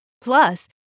Plus